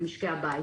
למשקי הבית?